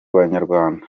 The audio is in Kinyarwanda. banyarwanda